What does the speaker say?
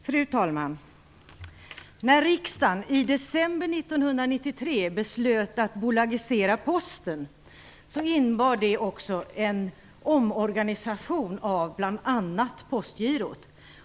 Fru talman! När riksdagen i december 1993 beslöt att bolagisera Posten innebar det även en omorganisation av bl.a. Postgirot.